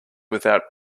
without